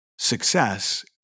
Success